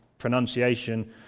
Pronunciation